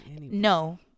no